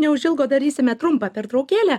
neužilgo darysime trumpą pertraukėlę